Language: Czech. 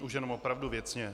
Tak už jenom opravdu věcně.